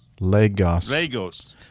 Legos